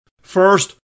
First